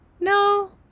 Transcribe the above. No